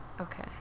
Okay